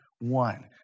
one